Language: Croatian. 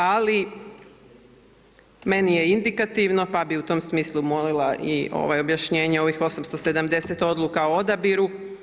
Ali meni je indikativno, pa bi u tom smislu molila i objašnjenje ovih 870 odluka o odabiru.